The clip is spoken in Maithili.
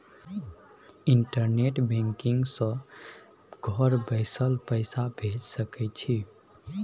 इंटरनेट बैंकिग सँ घर बैसल पैसा भेज सकय छी